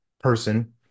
person